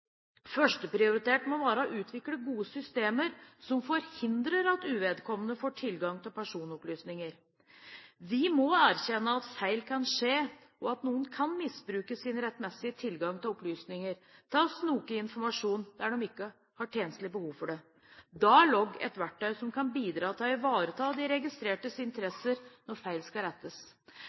førsteprioritet må være å utvikle gode systemer som forhindrer at uvedkommende får tilgang til personopplysninger. Vi må erkjenne at feil kan skje, og at noen kan misbruke sin rettmessige tilgang til opplysninger til å snoke i informasjon de ikke har tjenestlig behov for. Da er logg et verktøy som kan bidra til å ivareta de registrertes interesser når feil skal